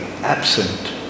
absent